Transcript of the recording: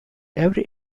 every